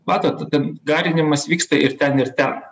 matot ten garinimas vyksta ir ten ir ten